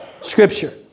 Scripture